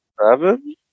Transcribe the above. Seven